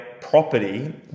property